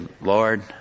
Lord